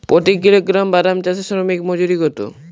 প্রতি কিলোগ্রাম বাদাম চাষে শ্রমিক মজুরি কত?